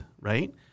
right